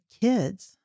kids